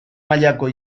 mailako